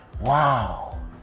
wow